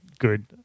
good